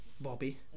Bobby